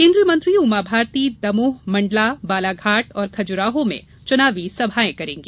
केन्द्रीय मंत्री उमा भारती दमोह मंडलाबालाघाट और खजुराहो में चुनावी सभायें करेंगी